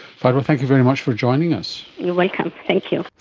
fadwa, thank you very much for joining us. you're welcome, thank you.